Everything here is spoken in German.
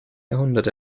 jahrhundert